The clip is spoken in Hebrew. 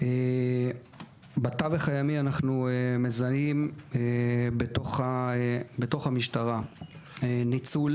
בתווך הימי אנחנו מזהים בתוך המשטרה ניצול